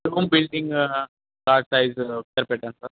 building plot size ఒకసారి పెట్టండి sir